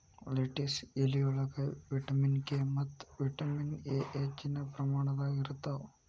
lettuce ಎಲಿಯೊಳಗ vitamin K ಮತ್ತ vitamin A ಹೆಚ್ಚಿನ ಪ್ರಮಾಣದಾಗ ಇರ್ತಾವ